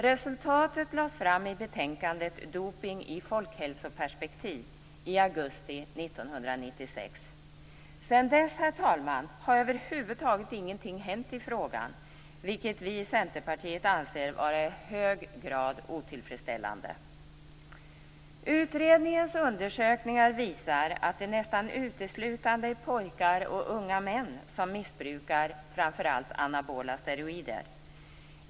Resultatet lades fram i betänkandet Doping i folkhälsoperspektiv i augusti 1996. Sedan dess har ingenting hänt i frågan, herr talman, vilket vi i Centerpartiet anser vara i hög grad otillfredsställande. Utredningens undersökningar visar att det nästan uteslutande är pojkar och unga män som missbrukar framför allt anabola steroider.